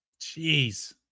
Jeez